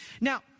Now